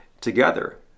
together